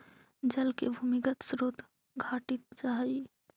जल के भूमिगत स्रोत घटित जाइत हई